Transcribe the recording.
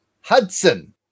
Hudson